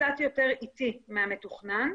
קצת יותר איטי מהמתוכנן,